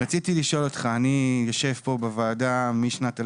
אני יושב פה בוועדה משנת 2016,